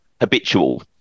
habitual